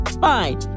Fine